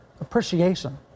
appreciation